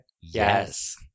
Yes